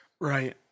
Right